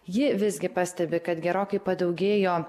ji visgi pastebi kad gerokai padaugėjo